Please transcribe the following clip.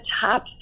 top